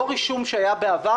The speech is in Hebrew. לא רישום שהיה בעבר.